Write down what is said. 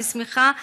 אני שמחה.